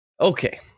Okay